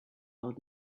old